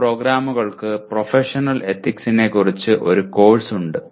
ചില പ്രോഗ്രാമുകൾക്ക് പ്രൊഫഷണൽ എത്തിക്സിനെക്കുറിച്ച് ഒരു കോഴ്സ് ഉണ്ട്